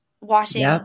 washing